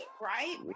right